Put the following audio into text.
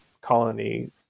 colony